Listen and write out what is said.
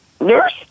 nurse